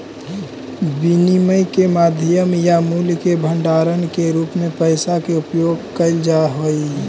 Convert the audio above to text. विनिमय के माध्यम या मूल्य के भंडारण के रूप में पैसा के उपयोग कैल जा हई